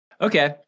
Okay